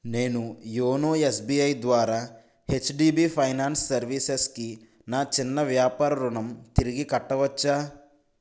నేను YONO SBI ద్వారా HDB finance సర్వీసెస్కి నా చిన్న వ్యాపార రుణం తిరిగి కట్టవచ్చా